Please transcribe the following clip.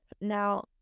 now